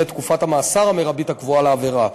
תקופת המאסר המרבית הקבועה לעבירה.